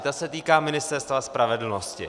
Ta se týká Ministerstva spravedlnosti.